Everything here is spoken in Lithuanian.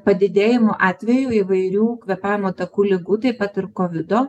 padidėjimu atvejų įvairių kvėpavimo takų ligų taip pat ir kovido